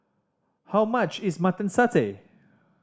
how much is Mutton Satay